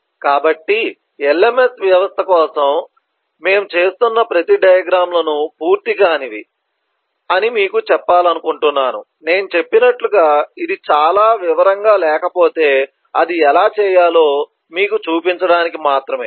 కాబట్టి LMS వ్యవస్థ కోసం మేము చేస్తున్న ప్రతి డయాగ్రమ్ లను పూర్తి కానివి అని మీకు చెప్పాలనుకుంటున్నాను నేను చెప్పినట్లుగా ఇది చాలా వివరంగా లేకపోతే అది ఎలా చేయాలో మీకు చూపించడానికి మాత్రమే